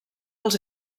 als